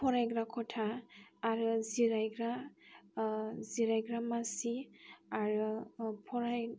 फरायग्रा खथा आरो जिरायग्रा जिरायग्रा मासि आरो फराय